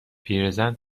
پیرزن